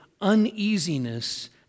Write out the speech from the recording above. uneasiness